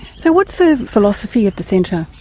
so what's the philosophy of the centre?